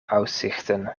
aussichten